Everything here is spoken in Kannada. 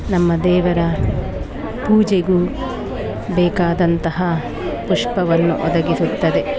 ನಮ್ಮ ದೇವರ ಪೂಜೆಗೂ ಬೇಕಾದಂತಹ ಪುಷ್ಪವನ್ನು ಒದಗಿಸುತ್ತದೆ